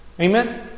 amen